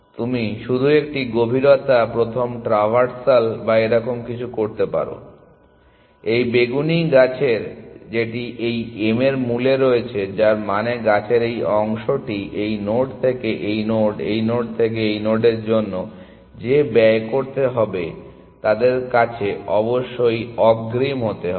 তুমি শুধু একটি গভীরতা প্রথম ট্রাভার্সাল বা এরকম কিছু করতে পারো এই বেগুনি গাছের যেটি এই m এর মূলে রয়েছে যার মানে গাছের এই অংশটি এই নোড থেকে এই নোড এই নোড থেকে এই নোডের জন্য যে ব্যয় করতে হবে তাদের কাছে অবশ্যই অগ্রিম হতে হবে